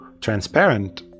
transparent